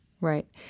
Right